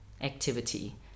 activity